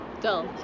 dull